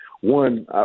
one